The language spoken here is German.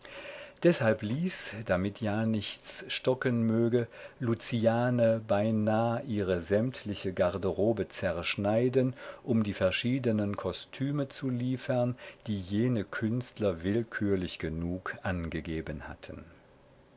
deshalb ließ damit ja nichts stocken möge luciane beinah ihre sämtliche garderobe zerschneiden um die verschiedenen kostüme zu liefern die jene künstler willkürlich genug angegeben hatten